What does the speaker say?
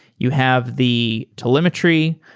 you have the telemetry.